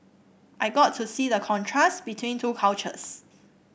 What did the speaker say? I got to see the contrast between two cultures